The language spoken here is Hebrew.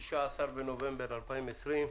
16 בנובמבר 2020,